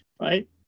Right